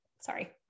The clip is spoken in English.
Sorry